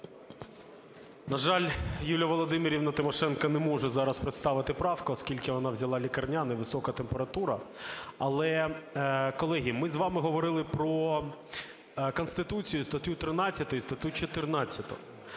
На жаль, Юлія Володимирівна Тимошенко не може зараз представити правку, оскільки вона взяла лікарняний (висока температура). Але, колеги, ми з вами говорили про Конституцію – статтю 13 і статтю 14.